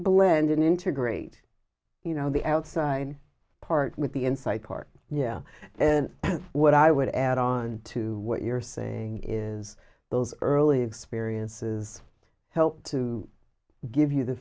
blend in integrate you know the outside part with the insight part yeah and what i would add on to what you're saying is those early experiences help to give you the